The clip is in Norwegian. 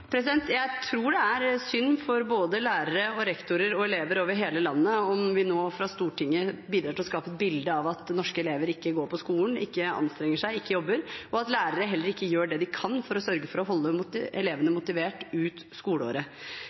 Jeg tror det er synd for både lærere, rektorer og elever over hele landet om vi nå fra Stortinget bidrar til å skape et bilde av at norske elever ikke går på skolen, ikke anstrenger seg og ikke jobber, og at lærere heller ikke gjør det de kan for å sørge for å holde elevene motiverte ut skoleåret.